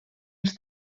els